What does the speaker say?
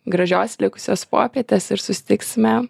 gražios likusios popietės ir susitiksime